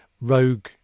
rogue